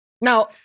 Now